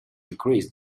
increase